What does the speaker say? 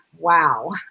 Wow